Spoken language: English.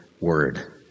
word